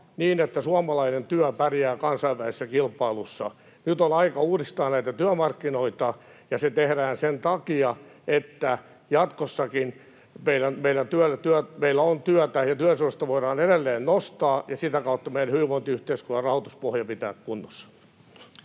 niin, että suomalainen työ pärjää kansainvälisessä kilpailussa. Nyt on aika uudistaa työmarkkinoita, ja se tehdään sen takia, että jatkossakin meillä on työtä ja työllisyysastetta voidaan edelleen nostaa ja sitä kautta meidän hyvinvointiyhteiskunnan rahoituspohja pitää kunnossa.